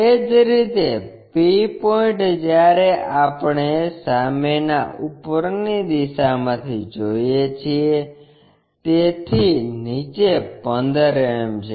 એ જ રીતે p point જ્યારે આપણે સામેના ઉપરની દિશામાંથી જોઈએ છીએ તેથી નીચે 15 mm છે